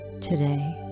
today